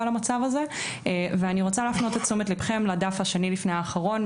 למצב הזה ואני רוצה להפנות את תשומת ליבכם לדף השני לפני האחרון,